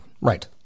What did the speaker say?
Right